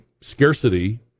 scarcity